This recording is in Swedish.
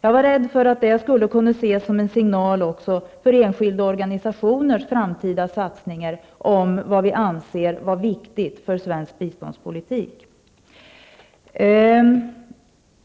Jag var rädd för att det skulle kunna ses som en signal också för enskilda organisationers framtida satsningar på vad vi anser vara viktigt för vår biståndspolitik.